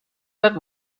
that